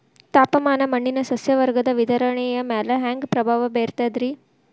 ತಾಪಮಾನ ಮಣ್ಣಿನ ಸಸ್ಯವರ್ಗದ ವಿತರಣೆಯ ಮ್ಯಾಲ ಹ್ಯಾಂಗ ಪ್ರಭಾವ ಬೇರ್ತದ್ರಿ?